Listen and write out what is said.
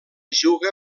juga